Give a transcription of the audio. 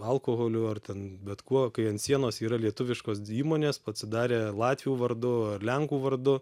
alkoholiu ar ten bet kuo kai ant sienos yra lietuviškos dvi įmonės atsidarė latvių vardu ar lenkų vardu